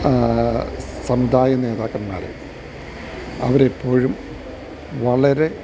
സമുദായ നേതാകന്മാര് അവരെപ്പോഴും വളരെ